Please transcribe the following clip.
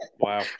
Wow